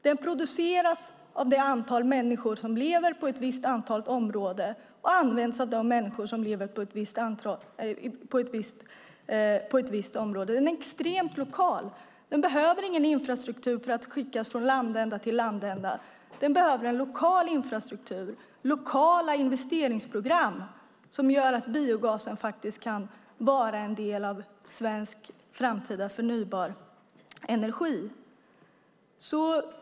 Den produceras och används av de människor som lever inom ett visst område. Gasen är extremt lokal. Den behöver ingen infrastruktur för att skickas från landsända till landsända. Den behöver en lokal infrastruktur, lokala investeringsprogram, som gör att biogasen kan vara en del av svensk framtida förnybar energi.